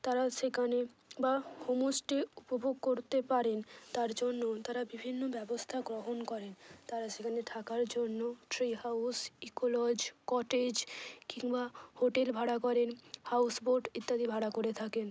তারা সেখানে বা হোম স্টে উপভোগ করতে পারেন তার জন্য তারা বিভিন্ন ব্যবস্থা গ্রহণ করেন তারা সেখানে থাকার জন্য tree house eco lodge cottage কিংবা হোটেল ভাড়া করেন হাউসবোট ইত্যাদি ভাড়া করে থাকেন